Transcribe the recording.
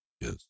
yes